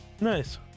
Nice